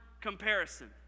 comparison